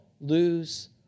lose